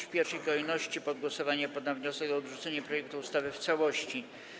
W pierwszej kolejności pod głosowanie poddam wniosek o odrzucenie projektu ustawy w całości.